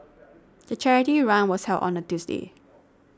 the charity run was held on a Tuesday